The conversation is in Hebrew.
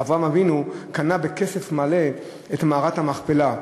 אברהם אבינו קנה בכסף מלא את מערת המכפלה,